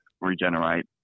regenerate